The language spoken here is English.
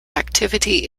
activity